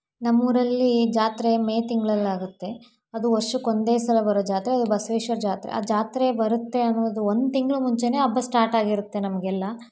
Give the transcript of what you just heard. ನಮ್ಮ ಊರಲ್ಲಿ ಜಾತ್ರೆ ಮೇ ತಿಂಗ್ಳಲ್ಲಿ ಆಗುತ್ತೆ ಅದು ವರ್ಷಕ್ಕೆ ಒಂದೇ ಸಲ ಬರೋ ಜಾತ್ರೆ ಅದು ಬಸ್ವೇಶ್ವರ ಜಾತ್ರೆ ಆ ಜಾತ್ರೆ ಬರುತ್ತೆ ಅನ್ನುವುದ್ ಒಂದು ತಿಂಗಳು ಮುಂಚೆನೇ ಹಬ್ಬ ಸ್ಟಾರ್ಟಾಗಿರುತ್ತೆ ನಮಗೆಲ್ಲ